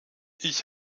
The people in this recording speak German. ich